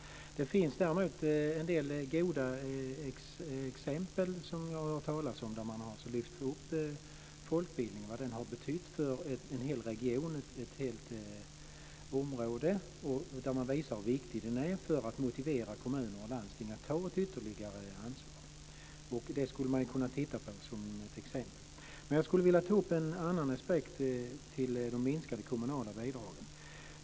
Däremot finns det en del goda exempel som jag har hört talas om, där man har lyft upp vad folkbildningen har betytt för en hel region, ett helt område, och visat hur viktig den är för att motivera kommuner och landsting att ta ett ytterligare ansvar. Det skulle man kunna titta på som ett exempel. Jag skulle vilja ta upp en annan aspekt på de minskade kommunala bidragen.